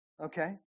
Okay